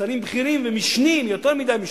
שרים בכירים ומשנים, יותר מדי משנים,